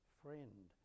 friend